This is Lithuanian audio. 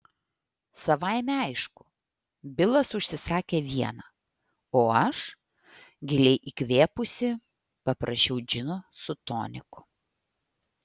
savaime aišku bilas užsisakė vieną o aš giliai įkvėpusi paprašiau džino su toniku